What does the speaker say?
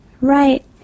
Right